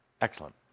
excellent